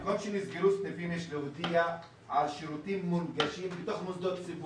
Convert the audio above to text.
במקום שנסגרו סניפים יש להודיע על שירותים מונגשים בתוך מוסדות ציבור.